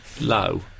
low